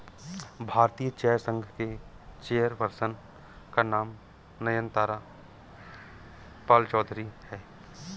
भारतीय चाय संघ के चेयर पर्सन का नाम नयनतारा पालचौधरी हैं